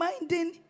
Minding